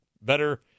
better